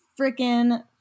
freaking